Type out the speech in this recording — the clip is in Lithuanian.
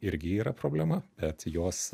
irgi yra problema bet jos